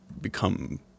become